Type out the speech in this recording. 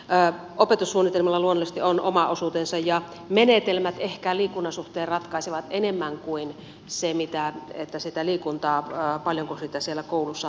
opetussuunnitelmilla luonnollisesti on oma osuutensa ja ehkä menetelmät liikunnan suhteen ratkaisevat enemmän kuin se paljonko sitä liikuntaa koulussa on tunteina